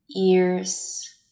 ears